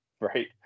right